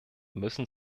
müssen